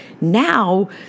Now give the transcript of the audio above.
now